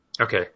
Okay